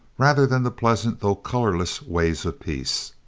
rather than the pleasant though colorless ways of peace.